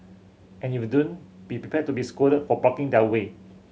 and if don't be prepared to be scolded for blocking their way